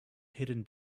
hidden